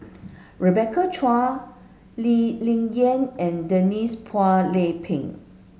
Rebecca Chua Lee Ling Yen and Denise Phua Lay Peng